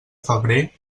febrer